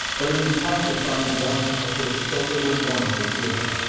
but it is hard to find one of which so little warning was given,